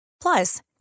Plus